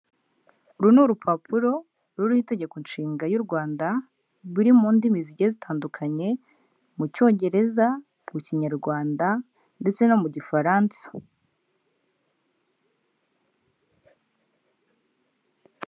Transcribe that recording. Uru n'urupapuro, ruriho itegeko nshinga y'u Rwanda, biri mu ndimi zigize zitandukanye, mu Cyongereza, mu Kinyarwanda, ndetse no mu Gifaransa.